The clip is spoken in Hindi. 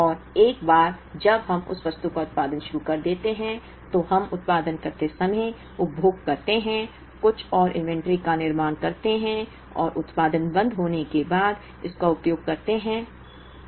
और एक बार जब हम उस वस्तु का उत्पादन शुरू कर देते हैं तो हम उत्पादन करते समय उपभोग करते हैं कुछ और इन्वेंट्री का निर्माण करते हैं और उत्पादन बंद होने के बाद इसका उपयोग करते हैं